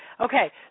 Okay